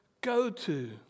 go-to